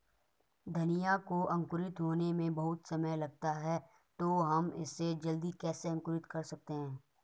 धनिया को अंकुरित होने में बहुत समय लगता है तो हम इसे जल्दी कैसे अंकुरित कर सकते हैं?